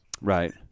Right